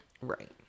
Right